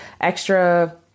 extra